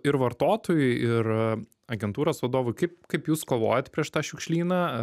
ir vartotojui ir agentūros vadovui kaip kaip jūs kovojat prieš tą šiukšlyną